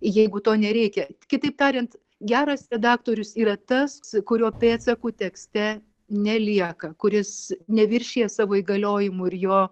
jeigu to nereikia kitaip tariant geras redaktorius yra tas kurio pėdsakų tekste nelieka kuris neviršija savo įgaliojimų ir jo